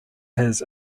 his